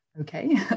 okay